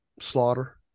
Slaughter